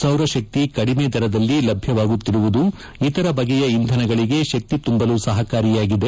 ಸೌರಶಕ್ತಿ ಕಡಿಮೆ ದರದಲ್ಲಿ ಲಭ್ಯವಾಗುತ್ತಿರುವುದು ಇತರ ಬಗೆಯ ಇಂಧನಗಳಿಗೆ ಶಕ್ತಿ ತುಂಬಲು ಸಹಕಾರಿಯಾಗಿದೆ